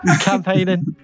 campaigning